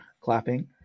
clapping